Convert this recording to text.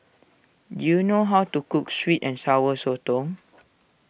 do you know how to cook Sweet and Sour Sotong